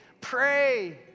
Pray